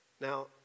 Now